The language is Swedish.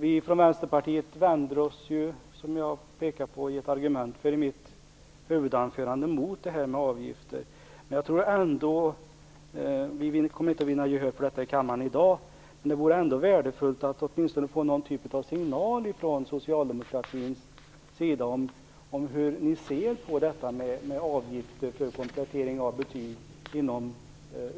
Vi från Vänsterpartiet vänder oss ju, som jag har pekat på i en argumentering i mitt huvudanförande, mot sådana avgifter. Vi kommer inte att vinna gehör för detta i kammaren i dag, men det vore ändå värdefullt att åtminstone få någon typ av signal från socialdemokratins sida om hur ni ser på avgifter för komplettering av betyg inom